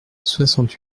soixante